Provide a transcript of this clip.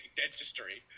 dentistry